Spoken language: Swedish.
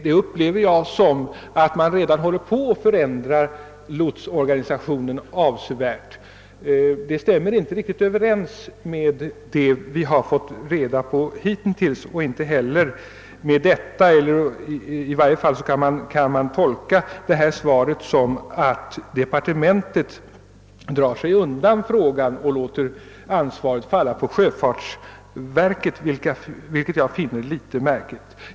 Jag tolkar detta så att man redan är i färd med att avsevärt förändra lotsorganisationen. Åtgärderna stämmer inte riktigt överens med de besked vi hitintills fått och kan tolkas som att departementet drar sig undan ansvaret för denna fråga och låter detta falla på sjöfartsverket, något som jag finner litet märkligt.